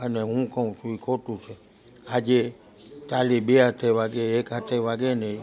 અને હું કઉ છું એ ખોટું છે આજે તાળી બે હાથે વાગે એક હાથે વાગે નહીં